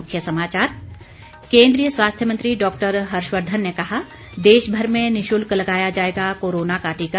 मुख्य समाचार केंद्रीय स्वास्थ्य मंत्री डॉक्टर हर्षवर्धन ने कहा देश भर में निशुल्क लगाया जाएगा कोरोना का टीका